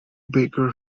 baker